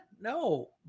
No